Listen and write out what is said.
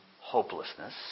hopelessness